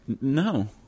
No